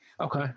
Okay